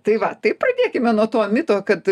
tai va tai pradėkime nuo to mito kad